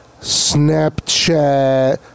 Snapchat